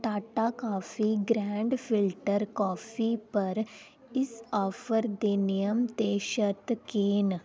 Tata coffee grand filter coffee पर इस offer दे निजम ते शर्त केह् न